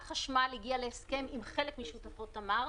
החשמל הגיעה להסכם עם חלק משותפות תמר,